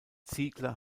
ziegler